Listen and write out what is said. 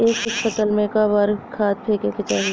एक फसल में क बार खाद फेके के चाही?